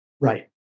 Right